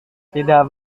tidak